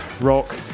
rock